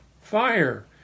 Fire